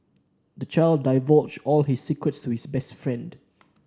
the child divulged all his secrets to his best friend